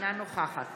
אינה נוכחת